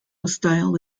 style